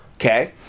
Okay